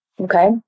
Okay